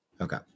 Okay